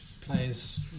players